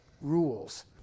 rules